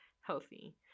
healthy